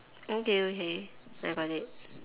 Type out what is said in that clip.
okay okay I got it